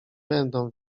będą